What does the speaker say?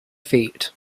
feet